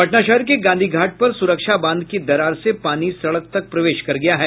पटना शहर के गांधी घाट पर सुरक्षा बांध की दरार से पानी सड़क तक प्रवेश कर गया है